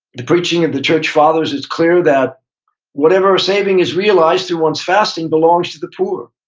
the preaching of the church fathers, it's clear that whatever saving is realized through one's fasting belongs to the poor.